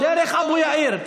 דרך אבו יאיר.